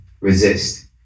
resist